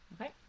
okay